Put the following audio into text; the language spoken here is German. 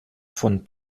von